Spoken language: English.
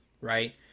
Right